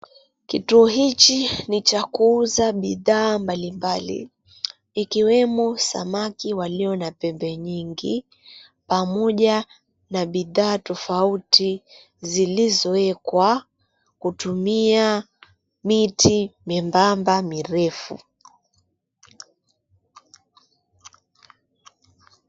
Kituo hiki ni cha kuuza bidhaa mbalimbali ikiwemo samaki walio na pembe nyingi pamoja na bidhaa tofauti zilizowekwa kutumia miti nyembamba mirefu.